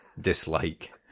dislike